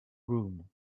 room